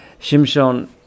Shimshon